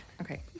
okay